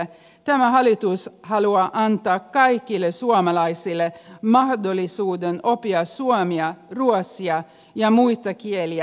tämä hallitus haluaa antaa kaikille suomalaisille mahdollisuuden oppia suomea ruotsia ja muita kieliä